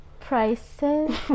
Prices